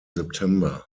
september